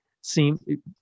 seem